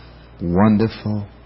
wonderful